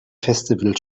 festival